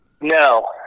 No